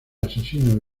asesino